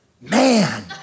man